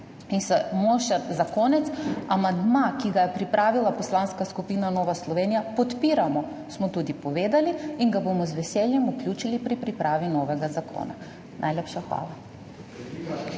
In samo še za konec. Amandma, ki ga je pripravila Poslanska skupina Nova Slovenija, podpiramo, smo tudi povedali in ga bomo z veseljem vključili pri pripravi novega zakona. Najlepša hvala.